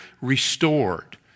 Restored